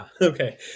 okay